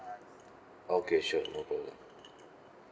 okay sure no problem